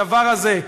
הדבר הזה,